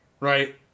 right